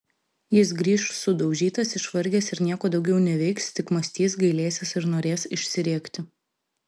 jis grįš sudaužytas išvargęs ir nieko daugiau neveiks tik mąstys gailėsis ir norės išsirėkti